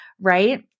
Right